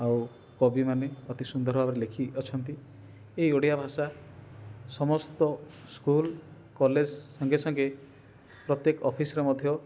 ଆଉ କବିମାନେ ଅତି ସୁନ୍ଦର ଭାବରେ ଲେଖି ଅଛନ୍ତି ଏଇ ଓଡ଼ିଆ ଭାଷା ସମସ୍ତ ସ୍କୁଲ କଲେଜ ସଙ୍ଗେ ସଙ୍ଗେ ପ୍ରତ୍ୟେକ ଅଫିସରେ ମଧ୍ୟ